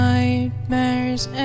Nightmares